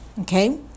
Okay